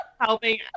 helping